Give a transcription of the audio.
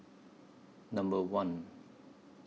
Number one